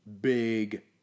big